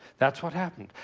that's what happened.